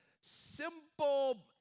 simple